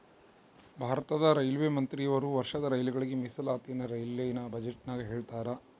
ಭಾರತದ ರೈಲ್ವೆ ಮಂತ್ರಿಯವರು ವರ್ಷದ ರೈಲುಗಳಿಗೆ ಮೀಸಲಾತಿಯನ್ನ ರೈಲಿನ ಬಜೆಟಿನಗ ಹೇಳ್ತಾರಾ